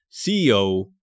CEO